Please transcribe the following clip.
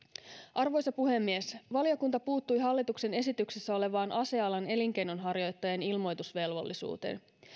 arvoisa puhemies valiokunta puuttui hallituksen esityksessä olevaan asealan elinkeinonharjoittajan ilmoitusvelvollisuuteen